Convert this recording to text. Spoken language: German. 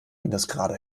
minusgrade